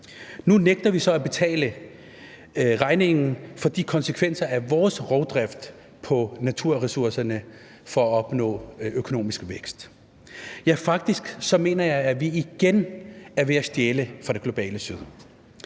nu nægter vi så at betale regningen for de konsekvenser af vores rovdrift på naturressourcerne for at opnå økonomisk vækst. Faktisk mener jeg, at vi igen er ved at stjæle fra det globale Syd,